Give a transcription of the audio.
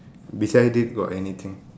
beside it got anything